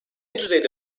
düzeyde